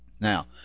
Now